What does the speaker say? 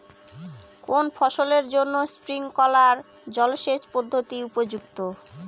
কোন ফসলের জন্য স্প্রিংকলার জলসেচ পদ্ধতি উপযুক্ত?